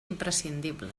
imprescindible